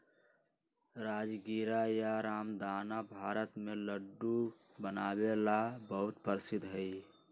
राजगीरा या रामदाना भारत में लड्डू बनावे ला बहुत प्रसिद्ध हई